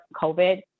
covid